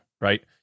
Right